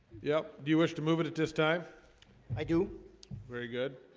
yep, do you wish to move it at this time i do very good